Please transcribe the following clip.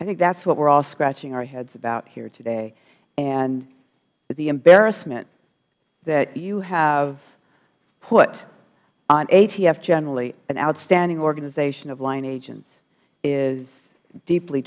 i think that's what we are all scratching our heads about here today and the embarrassment that you have put on atf generally an outstanding organization of line agents is deeply